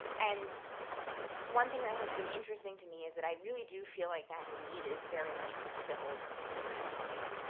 and one thing that has been interesting to me is that i really do feel like that need is very much fulfilled through teaching.